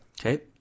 Okay